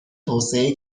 توسعه